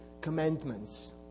commandments